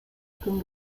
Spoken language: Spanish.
con